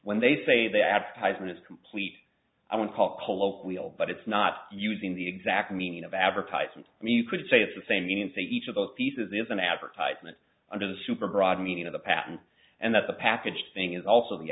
when they say the advertisement is complete i would call colloquial but it's not using the exact meaning of advertisement i mean you could say it's the same means that each of those pieces is an advertisement under the super broad meaning of the patent and that the package thing is also the